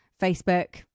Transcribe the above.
Facebook